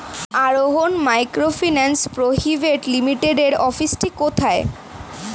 আরোহন microfinance private লিমিটেডের অফিসটি কোথায়?